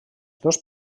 dos